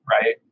right